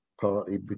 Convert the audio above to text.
partly